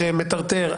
שמטרטר,